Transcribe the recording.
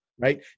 Right